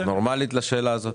נורמלית לשאלה הזאת?